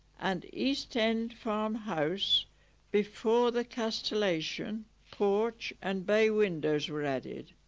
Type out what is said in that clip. and east end farm house before the castellation, porch and bay windows were added